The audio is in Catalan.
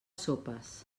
sopes